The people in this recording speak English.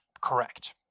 correct